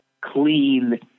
clean